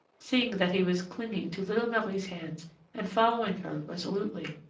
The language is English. seeing that he was clinging to little marie's hands and following her resolutely.